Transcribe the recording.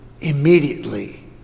immediately